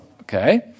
Okay